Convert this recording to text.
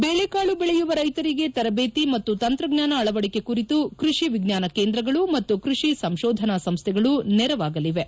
ಬೇಳೆಕಾಳು ಬೆಳೆಯುವ ರೈತರಿಗೆ ತರಬೇತಿ ಮತ್ತು ತಂತ್ರಜ್ಞಾನ ಅಳವಡಿಕೆ ಕುರಿತು ಕೃಷಿ ವಿಜ್ಞಾನ ಕೇಂದ್ರಗಳು ಮತ್ತು ಕೃಷಿ ಸಂಶೋಧನಾ ಸಂಸ್ಥೆಗಳು ನೆರವಾಗಲಿವೆ